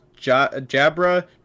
jabra